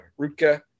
Rutka